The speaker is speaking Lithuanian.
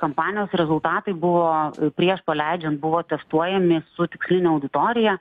kampanijos rezultatai buvo prieš paleidžiant buvo testuojami su tiksline auditorija